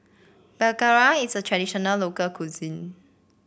belacan is a traditional local cuisine